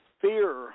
Fear